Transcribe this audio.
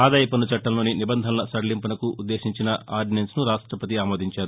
ఆదాయ పన్ను చట్టంలోని నిబంధనల సదలింపునకు ఉద్దేశించిన ఆర్దినెన్స్ను రాష్టపతి ఆమోదించారు